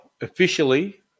officially